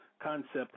concept